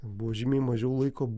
buvo žymiai mažiau laiko